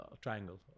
triangle